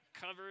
cover